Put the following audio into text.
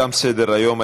תם סדר-היום.